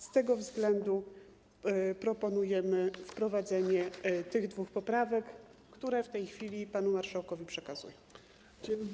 Z tego względu proponujemy wprowadzenie tych dwóch poprawek, które w tej chwili panu marszałkowi przekazuję.